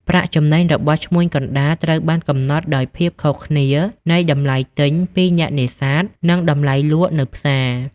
ប្រាក់ចំណេញ របស់ឈ្មួញកណ្តាលត្រូវបានកំណត់ដោយភាពខុសគ្នានៃតម្លៃទិញពីអ្នកនេសាទនិងតម្លៃលក់នៅផ្សារ។